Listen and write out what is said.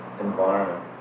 environment